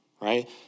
right